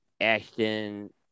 Ashton